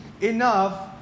enough